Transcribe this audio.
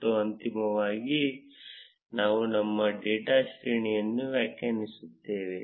ಮತ್ತು ಅಂತಿಮವಾಗಿ ನಾವು ನಮ್ಮ ಡೇಟಾ ಶ್ರೇಣಿಯನ್ನು ವ್ಯಾಖ್ಯಾನಿಸುತ್ತೇವೆ